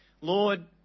Lord